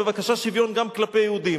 בבקשה שוויון גם כלפי יהודים.